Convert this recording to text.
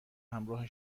همراه